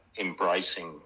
embracing